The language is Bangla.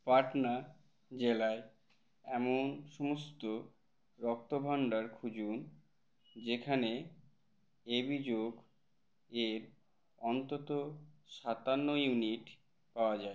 পাটনা জেলায় এমন সমস্ত রক্তভাণ্ডার খুঁজুন যেখানে এ বি গ্রুপ এর অন্তত সাতান্ন ইউনিট পাওয়া যায়